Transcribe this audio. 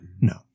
No